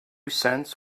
cents